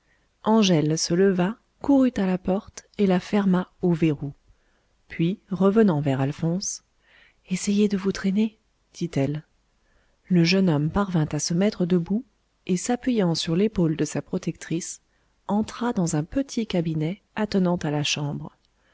angèle se leva courut à la porte et la ferma au verrou puis revenant vers alphonse essayez de vous traîner dit-elle le jeune homme parvint à se mettre debout et s'appuyant sur l'épaule de sa protectrice entra dans un petit cabinet attenant à la chambre